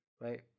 right